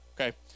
okay